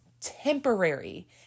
temporary